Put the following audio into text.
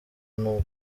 n’u